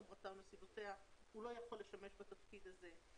חומרתה או נסיבותיה הוא לא יכול לשמש בתפקיד הזה.